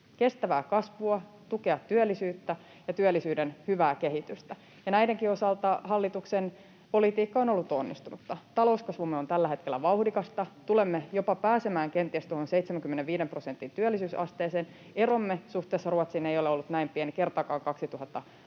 kestävää kasvua, tukea työllisyyttä ja työllisyyden hyvää kehitystä, ja näidenkin osalta hallituksen politiikka on ollut onnistunutta. Talouskasvumme on tällä hetkellä vauhdikasta. Tulemme kenties jopa pääsemään tuohon 75 prosentin työllisyysasteeseen. Eromme suhteessa Ruotsiin ei ole ollut näin pieni kertaakaan